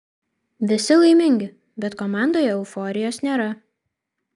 visi laimingi bet komandoje euforijos nėra